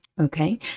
okay